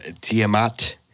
Tiamat